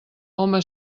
home